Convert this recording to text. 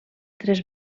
tres